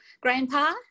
grandpa